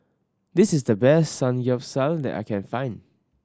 this is the best Samgeyopsal that I can find